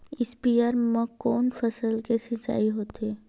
स्पीयर म कोन फसल के सिंचाई होथे?